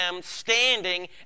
standing